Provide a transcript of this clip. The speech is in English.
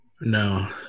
No